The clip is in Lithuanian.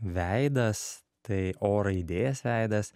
veidas tai o raidės veidas